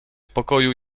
pokoju